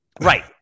Right